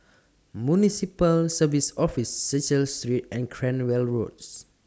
Municipal Services Office Cecil Street and Cranwell Roads